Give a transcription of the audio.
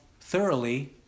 thoroughly